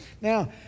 Now